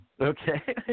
Okay